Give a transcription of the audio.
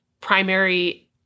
primary